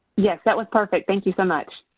yes that was perfect thank you so much.